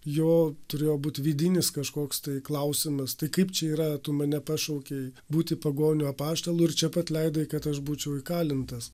jo turėjo būt vidinis kažkoks tai klausimas tai kaip čia yra tu mane pašaukei būti pagonių apaštalu ir čia pat leidai kad aš būčiau įkalintas